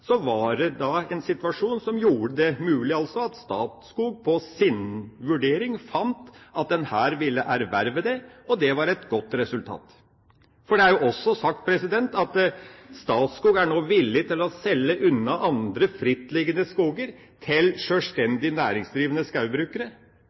Statskog fant etter sin vurdering at de ville erverve det. Det var et godt resultat. Det er også sagt at Statskog nå er villig til å selge unna andre frittliggende skoger til